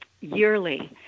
yearly